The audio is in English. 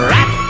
Right